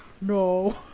No